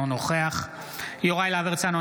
אינו נוכח יוראי להב הרצנו,